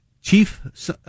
chief